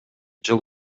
жыл